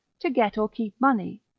to get or keep money,